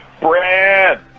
Brad